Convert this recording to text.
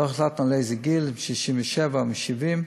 לא החלטנו על איזה גיל, אם מ-67 או מ-70,